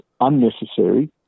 unnecessary